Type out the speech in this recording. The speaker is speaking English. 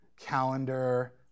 Calendar